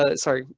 ah sorry,